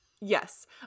Yes